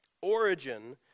Origin